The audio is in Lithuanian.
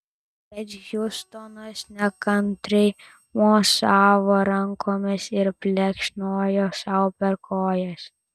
bet hiustonas nekantriai mosavo rankomis ir plekšnojo sau per kojas